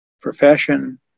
profession